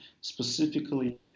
specifically